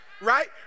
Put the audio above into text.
Right